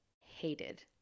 hated